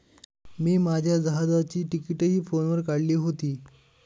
मी माझ्या जहाजाची तिकिटंही फोनवर काढली होती